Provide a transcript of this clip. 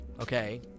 Okay